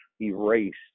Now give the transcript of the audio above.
erased